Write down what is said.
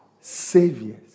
saviors